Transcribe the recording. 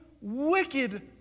wicked